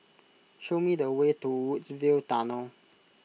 show me the way to Woodsville Tunnel